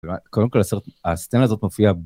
קודם כל הסרט, הסצינה הזאת מופיעה ב...